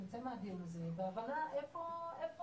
שנצא מהדיון הזה בוועדה בהבנה איפה הכשלים.